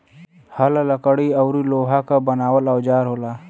हल लकड़ी औरु लोहा क बनावल औजार होला